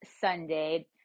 Sunday